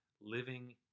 living